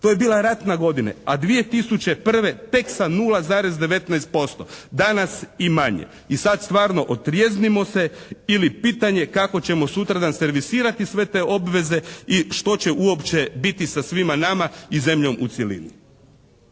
To je bila ratna godina, a 2001. tek sa 0,19%. Danas i manje. I sad stvarno, otrijeznimo se ili pitanje kako ćemo sutradan servisirati sve te obveze i što će uopće biti sa svima nama i zemljom u cjelini.